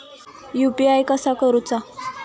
UPI कसा वापरूचा?